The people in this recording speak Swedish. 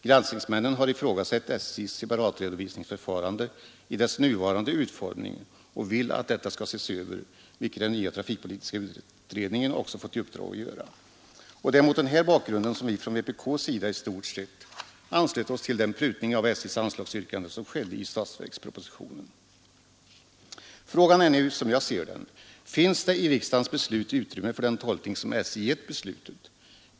Granskningsmännen har ifrågasatt SJ:s separatredovisningsförfarande i dess nuvarande utformning och vill att detta skall ses över, vilket den nya trafikpolitiska utredningen också fått i uppdrag att göra. Det är mot den här bakgrunden som vi från vpk i stort anslöt oss till den prutning av SJ:s anslagsyrkande som skedde i statsverkspropositionen. Frågan är nu som jag ser det: Finns det i riksdagens beslut utrymme för den tolkning som SJ gett beslutet?